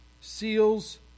seals